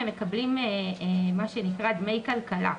הם מקבלים דמי כלכלה.